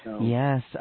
Yes